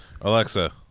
Alexa